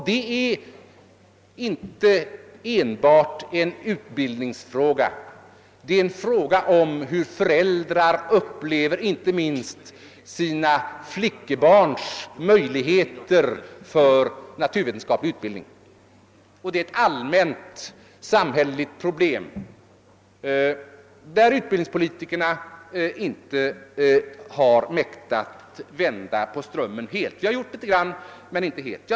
Det är inte enbart en utbildningsfråga utan inte minst också en fråga om hur föräldrar upplever sina döttrars förutsättningar för naturvetenskaplig utbildning. Det är ett allmänt samhälleligt problem, beträffande vilket utbildningspolitikerna inte helt har mäktat vända strömmen. Vi har gjort något, men vi har inte lyckats helt.